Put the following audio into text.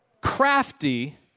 crafty